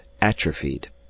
atrophied